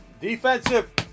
Defensive